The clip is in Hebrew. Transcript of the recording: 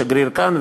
לשגריר כאן,